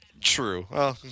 True